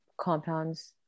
compounds